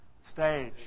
stage